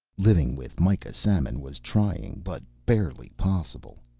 living with mikah samon was trying, but barely possible.